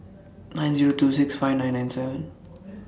nine Zero two six five nine nine seven